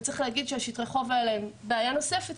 צריך להגיד ששטרי החוב האלה הם בעיה נוספת,